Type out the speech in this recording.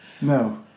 No